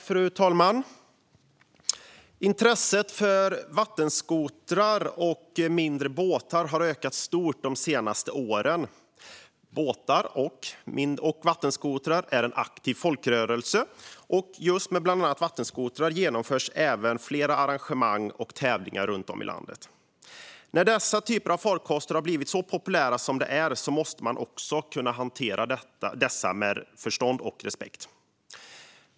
Fru talman! Intresset för vattenskotrar och mindre båtar har ökat stort de senaste åren. Att ha båt och vattenskoter har blivit en aktiv folkrörelse. Just med vattenskotrar genomförs även flera arrangemang och tävlingar runt om i landet. Nu när denna typ av farkost blivit så populär måste man också kunna hantera den med förstånd och respekt.